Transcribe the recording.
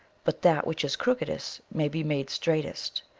but that which is crookedest may be made straightest,